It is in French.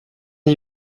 d’y